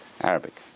Arabic